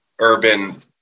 urban